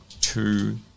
two